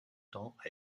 temps